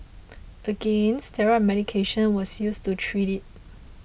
again steroid medication was used to treat it